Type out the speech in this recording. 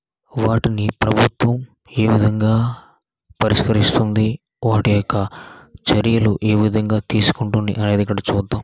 వాటిని ప్రభుత్వం ఏ విధంగా పరిష్కరిస్తుంది వాటి యొక్క చర్యలు ఏ విధంగా తీసుకుంటుంది అనేది ఇక్కడ చూద్దాం